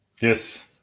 Yes